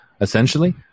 essentially